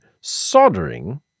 soldering